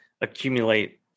accumulate